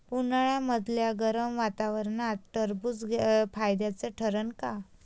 उन्हाळ्यामदल्या गरम वातावरनात टरबुज फायद्याचं ठरन का?